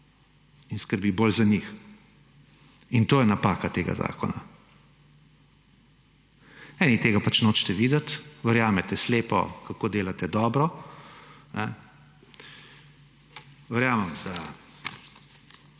in skrbi bolj za njih. In to je napaka tega zakona. Eni tega pač nočete videti. Verjamete slepo, kako delate dobro. Verjamem, da